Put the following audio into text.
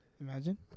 Imagine